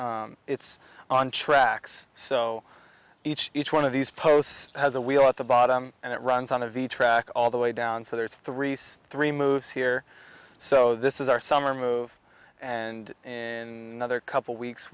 it's on tracks so each each one of these posts has a wheel at the bottom and it runs on a v track all the way down so there's three story moves here so this is our summer move and in other couple weeks